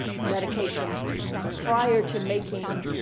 medications prior to making